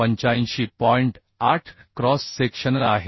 8 cross sectional आहे